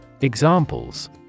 Examples